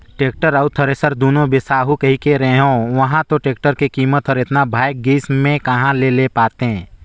tractor अउ thresher दुनो बिसाहू कहिके गे रेहेंव उंहा तो टेक्टर के कीमत हर एतना भंगाए गइस में कहा ले पातें